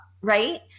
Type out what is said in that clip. Right